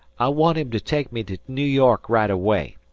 i want him to take me to new york right away.